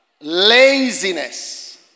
laziness